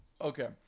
Okay